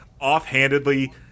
offhandedly